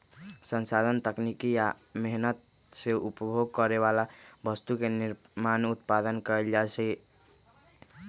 संसाधन तकनीकी आ मेहनत से उपभोग करे बला वस्तु के निर्माण उत्पादन कएल जाइ छइ